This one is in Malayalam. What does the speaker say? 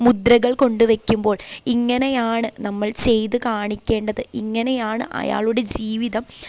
മുദ്രകൾ കൊണ്ടുവെക്കുമ്പോൾ ഇങ്ങനെയാണ് നമ്മൾ ചെയ്തു കാണിക്കേണ്ടത് ഇങ്ങനെയാണ് അയാളുടെ ജീവിതം